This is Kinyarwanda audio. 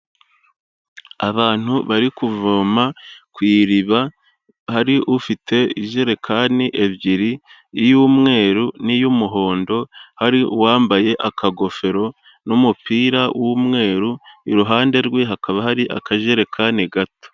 Abantu bari kuvoma, ku iriba hari ufite ijerekani ebyiri, iy'umweru n'iy'umuhondo hari uwambaye akagofero, n'umupira w'umweru, iruhande rwe hakaba hari akajerekani gato.